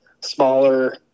smaller